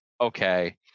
okay